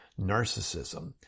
narcissism